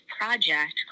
project